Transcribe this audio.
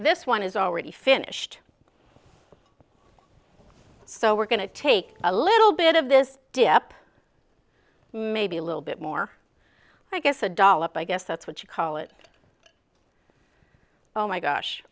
this one is already finished so we're going to take a little bit of this dip maybe a little bit more i guess a dollop i guess that's what you call it oh my gosh